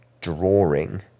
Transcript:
drawing